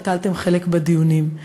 שנטלתם חלק בדיונים.